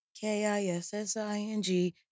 K-I-S-S-I-N-G